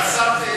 מאחר שהיא מוצמדת,